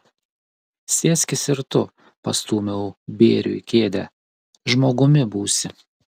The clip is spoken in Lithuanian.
sėskis ir tu pastūmiau bėriui kėdę žmogumi būsi